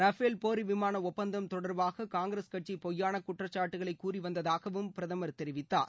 Rafale போர்விமான ஒப்பந்தம் தொடர்பாக காங்கிரஸ் கட்சி பொய்யான குற்றச்சாட்டுகளை கூறிவந்ததாகவும் பிரதமர் தெரிவித்தார்